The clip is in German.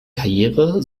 karriere